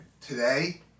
Today